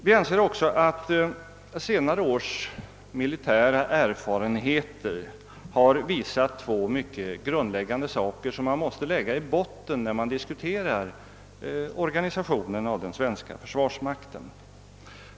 Vi anser också att de senare årens militära erfarenheter har visat två mycket grundläggande saker, som man måste lägga i botten när man diskuterar den svenska försvarsmaktens organisation.